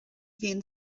bhíonn